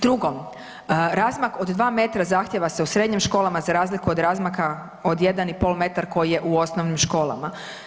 Drugo, razmak od 2 metra zahtijeva se u srednjim školama za razliku od razmaka od 1,5 m koji je u osnovnim školama.